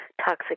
toxic